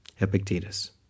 Epictetus